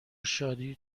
شادی